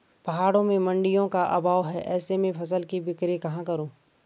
पहाड़ों में मडिंयों का अभाव है ऐसे में फसल की बिक्री कहाँ करूँ?